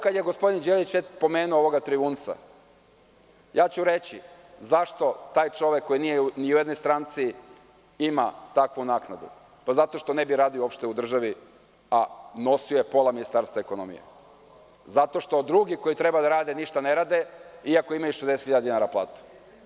Kada je gospodin Đelić pomenuo već ovoga Trivunca, ja ću reći zašto taj čovek koji nije ni u jednoj stranci ima takvu naknadu – zato što uopšte ne bi radio u državi a nosio je pola Ministarstva ekonomije, zato što drugi koji treba da rade ništa ne rade, iako imaju 60 hiljada dinara platu.